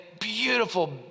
beautiful